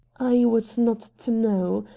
i was not to know.